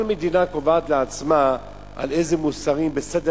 כל מדינה קובעת לעצמה איזה מוצרים בסדר